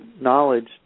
knowledge